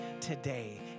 today